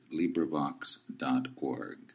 LibriVox.org